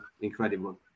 incredible